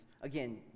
again